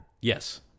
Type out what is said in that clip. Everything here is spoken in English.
Yes